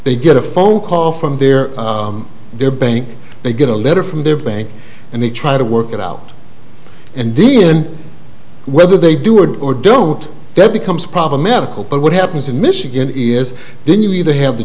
they get a phone call from their their bank they get a letter from their bank and they try to work it out and then whether they do or or don't that becomes problematical but what happens in michigan is then you either have the